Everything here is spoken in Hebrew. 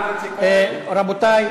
איציק כהן, רבותי,